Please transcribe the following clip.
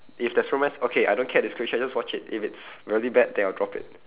if there's romance okay I don't care the description I just watch it if it's really bad then I'll drop it